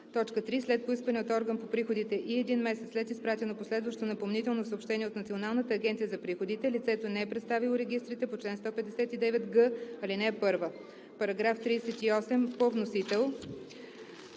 така: „3. след поискване от орган по приходите и един месец след изпратено последващо напомнително съобщение от Националната агенция за приходите лицето не е предоставило регистрите по чл. 159г, ал. 1.“ 2. Ал.